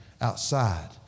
outside